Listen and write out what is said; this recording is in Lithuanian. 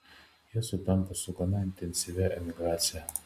jie sutampa su gana intensyvia emigracija